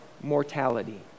mortality